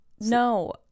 no